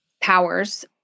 powers